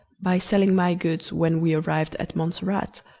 by selling my goods when we arrived at montserrat,